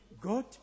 God